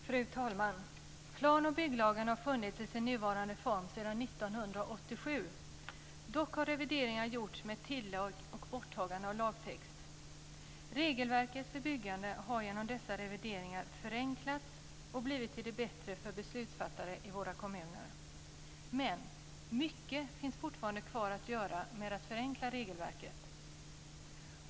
Fru talman! Plan och bygglagen har funnits i sin nuvarande form sedan 1987. Dock har revideringar gjorts med tillägg och borttagande av lagtext. Regelverket för byggande har genom dessa revideringar förenklats och blivit till det bättre för beslutsfattare i våra kommuner men mycket återstår fortfarande att göra när det gäller att förenkla regelverket!